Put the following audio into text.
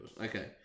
okay